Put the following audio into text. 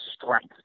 strength